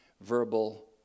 verbal